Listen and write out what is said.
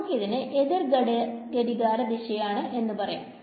നമുക്ക് അതിനെ എതിർ ഘടികര ദിശയിൽ ആണെന്ന് പറയാം